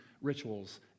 rituals